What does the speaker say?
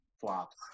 flops